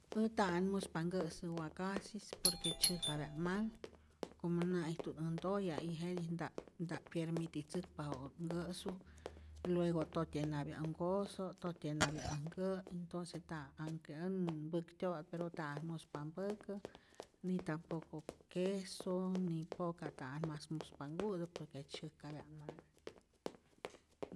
Äj nta'at muspa nkä'sä wakasis por que tzyäjkapyat mal, como nä'ijtu't äj ntoya y jetij nta'p nta'p pyermititzäkpa ja'ot nkä'su y luego totyenapya äj nkoso, totyenapya äj nkä', entonce nta'at anhke änn- mpäktyo'pa't pero nta'at muspa mpäkä, ni tampoco queso, ni poca nta'at mas muspa nku'tä por que tzyäjkapya't mal.